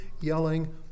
yelling